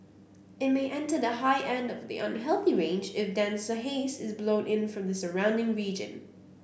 it may enter the high end of the unhealthy range if denser haze is blown in from the surrounding region